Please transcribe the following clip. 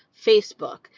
Facebook